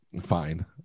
Fine